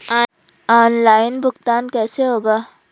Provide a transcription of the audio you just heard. Online भुगतान कैसे होगा?